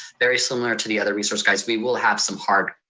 very similar to the other resource guides, we will have some hard